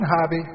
hobby